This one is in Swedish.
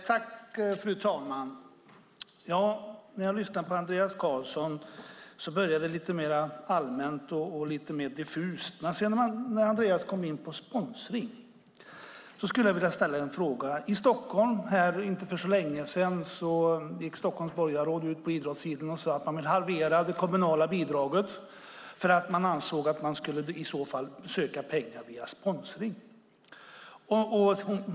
Fru talman! Andreas Carlson började sitt anförande lite allmänt och diffust. Andreas kom sedan in på sponsring, och där skulle jag vilja ställa en fråga. För inte så länge sedan sade Stockholms idrottsborgarråd att det kommunala bidraget skulle halveras därför att man ansåg att pengar skulle sökas via sponsring.